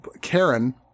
Karen